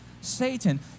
Satan